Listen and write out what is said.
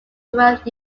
throughout